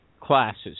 classes